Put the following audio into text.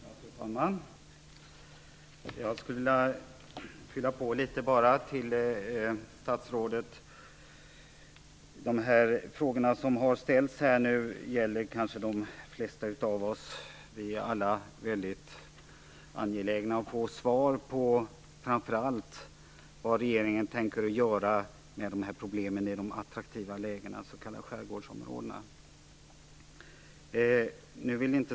Fru talman! Jag skulle bara vilja fylla på med ytterligare några frågor till statsrådet. De frågor som har kommit upp nu ställer kanske de flesta av oss bakom. Vi är alla angelägna om att framför allt få reda på vad regeringen tänker göra åt dessa problem i de attraktiva lägena i skärgårdsområdena.